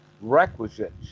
requisites